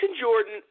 Jordan